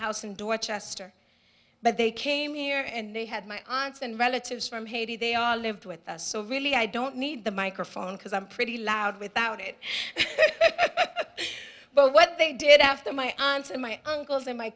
house in dorchester but they came here and they had my aunts and relatives from haiti they all lived with us so really i don't need the microphone because i'm pretty loud without it but what they did after my aunt and my uncles and my